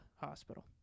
Hospital